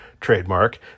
trademark